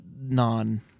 non